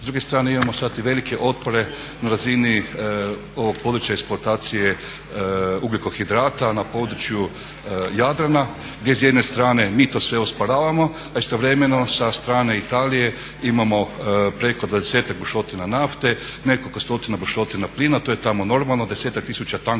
S druge strane imao sad i velike otpore na razini ovog područja eksploatacije ugljikovodika na području Jadrana gdje s jedne strane mi to sve osporavamo, a istovremeno sa strane Italije imamo preko dvadesetak bušotina nafte, nekoliko stotina bušotina plina. To je tamo normalno, desetak tisuća tankera